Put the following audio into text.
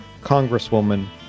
Congresswoman